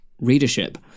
readership